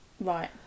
Right